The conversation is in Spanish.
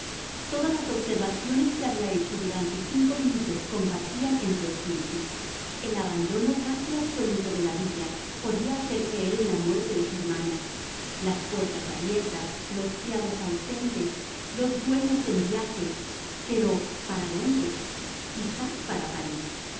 todas las observaciones que había hecho durante cinco minutos combatían en su espíritu el abandono casi absoluto de la villa podía hacer creer en la muerte de germana las puertas abiertas los criados ausentes los dueños en viaje pero para dónde quizás para parís